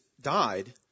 died